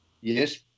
Yes